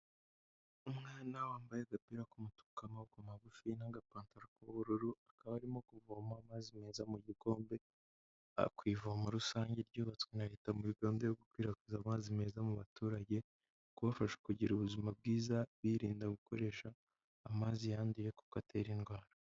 Umwana wambaye agapira k'umutuku k'amaboko magufi n'agapantaro k'ubururu, akab’arimo kuvoma amazi meza mu gikombe kw’ivomo rusange ryubatswe na leta muri gahunda yo gukwirakwiza amazi meza mu baturage, kubafasha kugira ubuzima bwiza birinda gukoresha amazi yanduye kuko atera indwara.